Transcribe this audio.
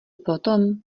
potom